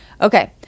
Okay